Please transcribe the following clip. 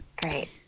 Great